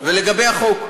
ולגבי החוק,